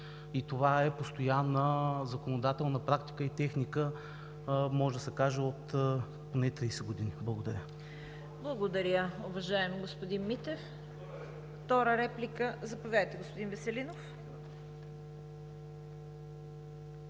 и това е постоянна законодателна практика и техника, може да се каже, от поне 30 години. Благодаря. ПРЕДСЕДАТЕЛ ЦВЕТА КАРАЯНЧЕВА: Благодаря, уважаеми господин Митев. Втора реплика? Заповядайте, господин Веселинов.